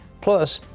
plus,